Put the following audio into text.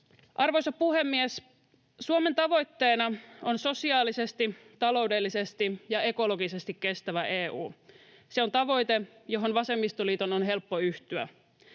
Arvoisa puhemies! Suomen tavoitteena on sosiaalisesti, taloudellisesti ja ekologisesti kestävä EU. Se on tavoite, johon Vasemmistoliiton on helppo yhtyä.